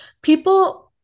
people